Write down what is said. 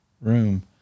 room